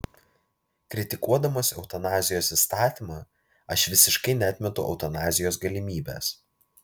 kritikuodamas eutanazijos įstatymą aš visiškai neatmetu eutanazijos galimybės